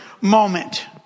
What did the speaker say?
moment